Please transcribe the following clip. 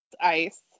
ice